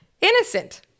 innocent